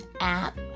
app